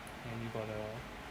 and you got to